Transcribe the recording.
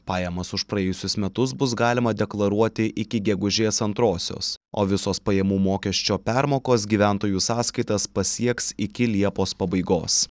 pajamas už praėjusius metus bus galima deklaruoti iki gegužės antrosios o visos pajamų mokesčio permokos gyventojų sąskaitas pasieks iki liepos pabaigos